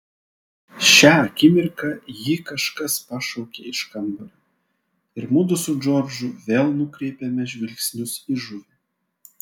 šią akimirką jį kažkas pašaukė iš kambario ir mudu su džordžu vėl nukreipėme žvilgsnius į žuvį